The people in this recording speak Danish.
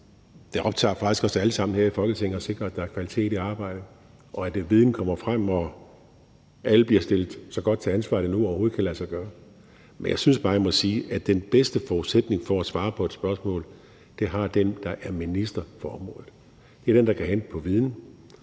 Det optager faktisk os alle sammen her i Folketinget at sikre, at der er kvalitet i arbejdet, og at viden kommer frem, og at alle bliver stillet til ansvar så godt, som det nu overhovedet kan lade sig gøre. Men jeg synes bare, jeg må sige, at den bedste forudsætning for at svare på et spørgsmål har den, der er minister for området. Det er den, der kan hente viden.